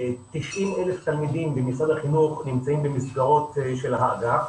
90,000 תלמידים במשרד החינוך נמצאים במסגרות של האגף.